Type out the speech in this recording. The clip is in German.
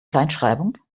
kleinschreibung